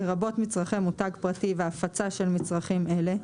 לרבות מצרכי מותג פרטי והפצה של מצרכים אלה,